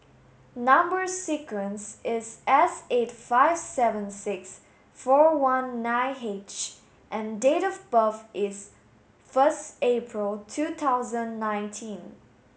number sequence is S eight five seven six four one nine H and date of birth is first April two thousand nineteen